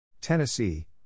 Tennessee